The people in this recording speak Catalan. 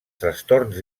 trastorns